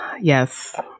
Yes